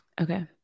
Okay